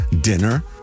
dinner